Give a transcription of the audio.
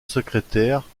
secrétaire